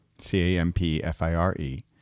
C-A-M-P-F-I-R-E